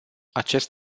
acest